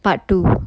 part two